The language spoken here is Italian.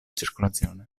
circolazione